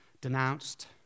Denounced